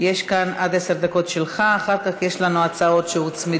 יש לך עד עשר דקות, ואחר כך יש לנו הצעות שהוצמדו.